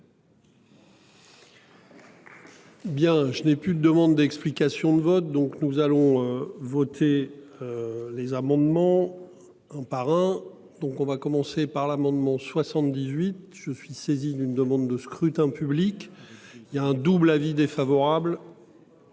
Bien, je n'ai plus de demandes d'explications de vote, donc nous allons voter. Les amendements un par un. Donc on va commencer par l'amendement 78 je suis saisi d'une demande de scrutin public. Il y a un double avis défavorable.